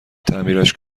تعمیرش